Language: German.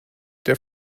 der